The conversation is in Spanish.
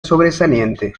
sobresaliente